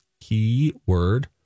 Keyword